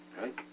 Right